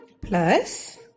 Plus